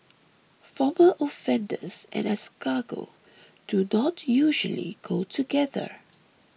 former offenders and escargot do not usually go together